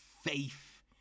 faith